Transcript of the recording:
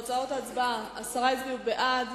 תוצאות ההצבעה: עשרה הצביעו בעד,